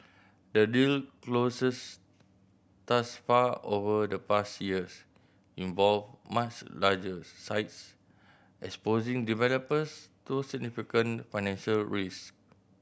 the deal closes thus far over the past years involved much larger sites exposing developers to significant financial risk